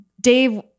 Dave